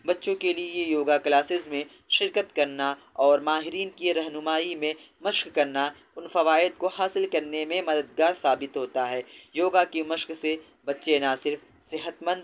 بچوں کے لیے یوگا کلاسیز میں شرکت کرنا اور ماہرین کی رہنمائی میں مشق کرنا ان فوائد کو حاصل کرنے میں مددگار ثابت ہوتا ہے یوگا کی مشق سے بچے نہ صرف صحت مند